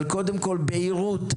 אבל קודם כל בהירות.